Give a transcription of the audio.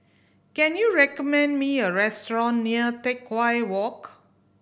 can you recommend me a restaurant near Teck Whye Walk